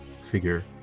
figure